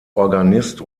organist